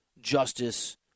justice